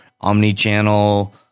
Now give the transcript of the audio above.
omni-channel